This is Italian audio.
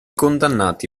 condannati